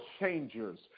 changers